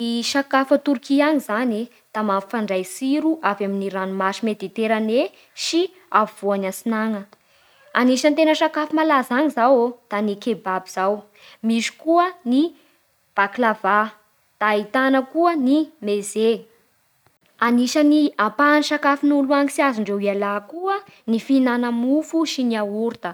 Ny sakafo a Torkia any zany e, da mampifandray tsiro avy amin'ny ranomasy mediterane sy ampovoany antsinana Anisan'ny tena sakafo malaza any zao da ny kebab zao, misy koa ny baklava, da ahitana koa ny meze Anisan'ny ampahan'ny sakafo tsy azondreo ialana koa ny fihinana mofo sy ny yaourta